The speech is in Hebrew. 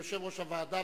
יושב-ראש הוועדה,